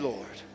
Lord